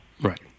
Right